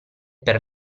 per